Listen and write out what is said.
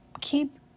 keep